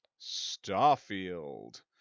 Starfield